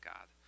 God